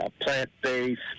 plant-based